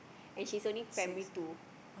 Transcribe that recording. and she's only primary two